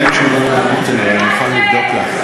אין לי תשובה מהמותן, אבל אני מוכן לבדוק לך.